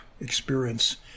experience